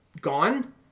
gone